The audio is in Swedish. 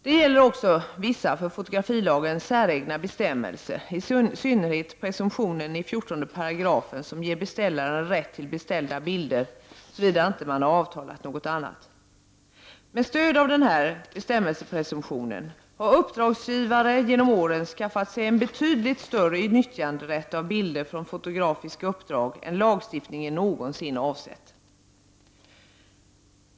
Det gäller också vissa för fotografilagen säregna bestämmelser, i synnerhet presumtionen i § 14 som ger beställaren rätt till beställda bilder såvida man inte har avtalat något annat. Med stöd av den här presumtionen har uppragsgivare genom åren skaffat sig en betydligt större nyttjanderätt till bilder från fotografiska uppdrag än lagstiftaren någonsin avsett.